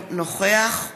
נוכח